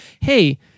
Hey